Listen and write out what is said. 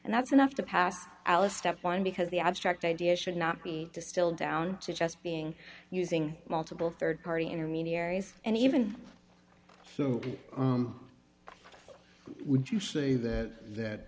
and that's enough to pass alice stepped on because the abstract idea should not be distilled down to just being using multiple rd party intermediaries and even would you say that that